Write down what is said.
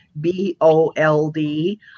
B-O-L-D